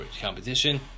competition